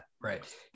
right